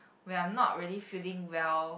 when I'm not really feeling well